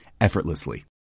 effortlessly